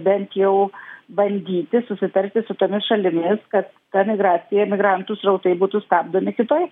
bent jau bandyti susitarti su tomis šalimis kad ta migracija migrantų srautai būtų stabdomi kitoj